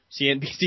CNBC